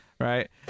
Right